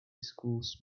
schools